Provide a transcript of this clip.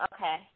Okay